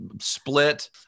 split